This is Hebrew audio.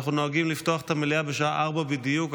אנחנו נוהגים לפתוח את המלאה בשעה 16:00 בדיוק.